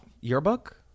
Yearbook